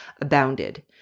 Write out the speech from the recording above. abounded